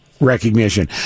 recognition